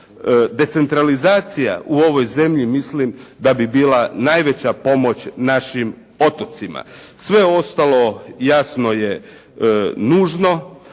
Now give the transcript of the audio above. Decentralizacija u ovoj zemlji mislim da bi bila najveća pomoć našim otocima. Sve ostalo jasno je nužno,